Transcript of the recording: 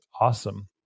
awesome